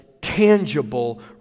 tangible